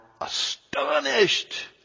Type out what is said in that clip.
astonished